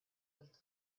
with